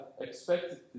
expected